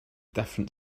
different